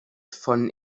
von